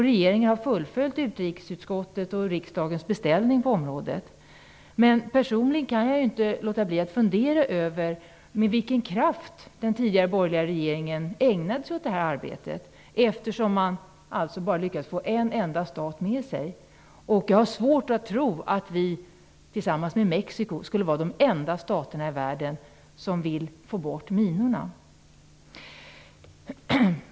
Regeringen har fullföljt utrikesutskottets och riksdagens beställning på området, men personligen kan jag inte låta bli att fundera över med vilken kraft den tidigare borgerliga regeringen ägnade sig åt det, eftersom man alltså lyckades få bara en enda stat med sig. Jag har svårt att tro att Sverige och Mexiko skulle vara de enda staterna i världen som vill få bort minorna.